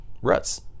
ruts